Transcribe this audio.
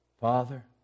Father